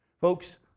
Folks